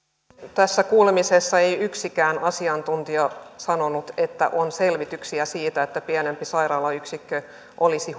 tässä kuulemisessa ei yksikään asiantuntija sanonut että on selvityksiä siitä että pienempi sairaalayksikkö olisi